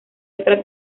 otra